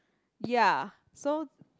ya so